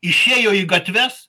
išėjo į gatves